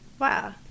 Wow